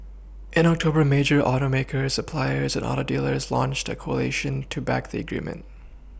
in October major Automakers suppliers Auto dealers launched the coalition to back the agreement